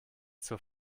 zur